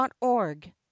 org